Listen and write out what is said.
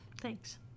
Thanks